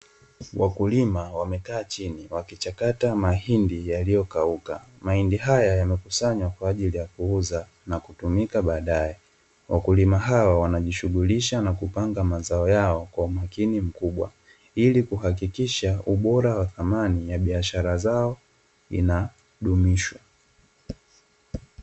Wakulima wamekaa chini wakichakata mahindi yaliyokauka, mahindi haya yamekusanywa kwa ajili ya kuuza na kutumika baadae, wakulima hawa wanajishughulisha na kupanga mazao yao kwa umakini mkubwa ili kuhakikisha ubora wa thamani ya biashara yao inadumishwa.